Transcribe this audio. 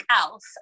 else